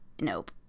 nope